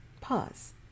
Pause